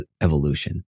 evolution